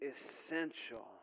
essential